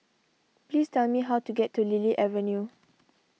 please tell me how to get to Lily Avenue